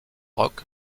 rock